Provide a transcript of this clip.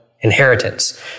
inheritance